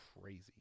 crazy